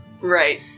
Right